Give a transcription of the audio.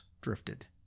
drifted